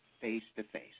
face-to-face